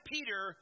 Peter